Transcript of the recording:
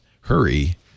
hurry